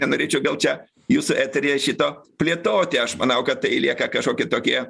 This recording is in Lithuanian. nenorėčiau vėl čia jūsų eteryje šito plėtoti aš manau kad tai lieka kažkokie tokie